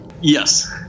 Yes